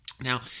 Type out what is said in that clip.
Now